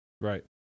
Right